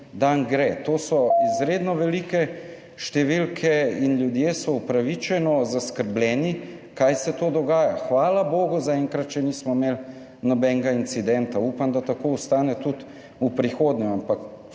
dan gre. To so izredno velike številke in ljudje so upravičeno zaskrbljeni, kaj se dogaja. Hvala bogu zaenkrat še nismo imeli nobenega incidenta. Upam, da tako ostane tudi v prihodnje.